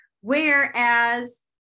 Whereas